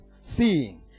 seeing